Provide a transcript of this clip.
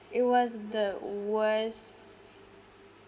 it was the worst